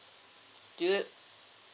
do you